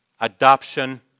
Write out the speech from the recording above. Adoption